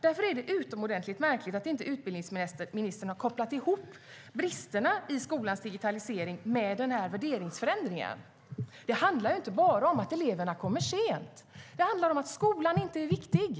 Därför är det utomordentligt märkligt att inte utbildningsministern har kopplat ihop bristerna i skolans digitalisering med denna värderingsförändring. Det handlar inte bara om att eleverna kommer sent; det handlar om att skolan inte är viktig.